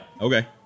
Okay